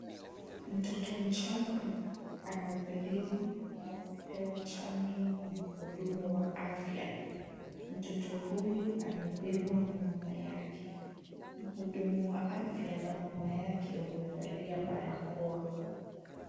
Mtoto mchanga anaangaliwa na kupewa chanjo na mhudumu wa afya. Mtoto huyu, amebebwa na mama yake. Mhudumu wa afya na mama yake, wamevalia barakoa.